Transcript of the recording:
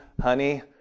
honey